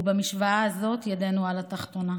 ובמשוואה הזאת ידנו על התחתונה.